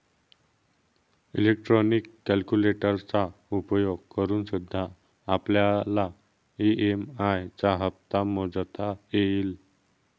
electronic कैलकुलेटरचा उपयोग करूनसुद्धा आपल्याला ई.एम.आई चा हप्ता मोजता येईल